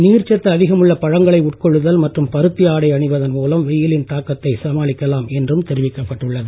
நீர்ச்சத்து அதிகமுள்ள பழங்களை உட்கொள்ளுதல் மற்றும் பருத்தி ஆடை அணிவதன் மூலம் வெயிலின் தாக்கத்தை சமாளிக்கலாம் என்றும் தெரிவிக்கப்பட்டுள்ளது